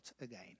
again